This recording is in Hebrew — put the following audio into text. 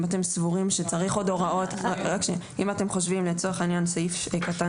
אם אתם חושבים, לצורך העניין סעיף קטן